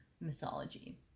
mythology